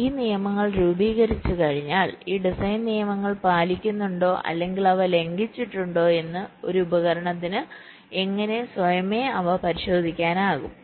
ഈ നിയമങ്ങൾ രൂപീകരിച്ചുകഴിഞ്ഞാൽ ഈ ഡിസൈൻ നിയമങ്ങൾ പാലിക്കുന്നുണ്ടോ അല്ലെങ്കിൽ അവ ലംഘിച്ചിട്ടുണ്ടോ എന്ന് ഒരു ഉപകരണത്തിന് എങ്ങനെ സ്വയമേവ പരിശോധിക്കാനാകും